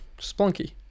Splunky